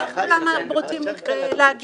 אבל לא כולם רוצים להגיע אלינו.